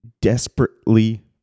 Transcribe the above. desperately